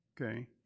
okay